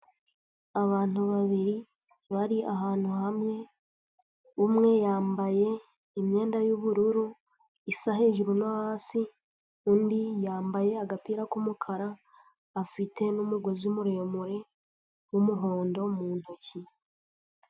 Abantu babiri bari ahantu hamwe, umwe yambaye imyenda y'ubururu isa hejuru no hasi, undi yambaye agapira k'umukara afite n'umugozi muremure w'umuhondo mu ntoki.